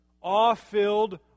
awe-filled